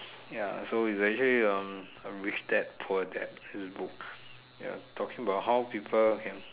ya so it's actually um rich dad poor dads books ya talking about how people can